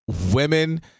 women